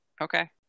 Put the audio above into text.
Okay